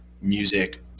music